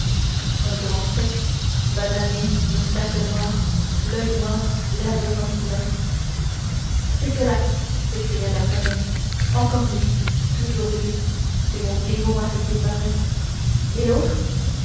un grand sec basané moustaches noires oeil noir l'air d'un gentilhomme c'est cela s'écria d'artagnan encore lui toujours lui c'est mon démon à ce qu'il paraît et l'autre